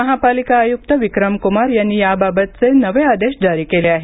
महापालिका आयुक्त विक्रमक्मार यांनी याबाबतचे नवे आदेश जारी केले आहेत